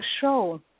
show